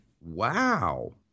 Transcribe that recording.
Wow